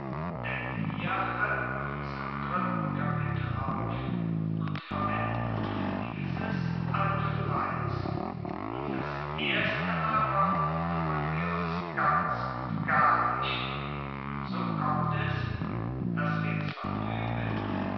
denn wir halten uns am dritten kapitel auf und verwenden auf dieses allen fleiß um das erste aber kümmern wir uns ganz und gar nicht und so kommt es daß wir zwar lügen